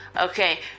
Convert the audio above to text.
Okay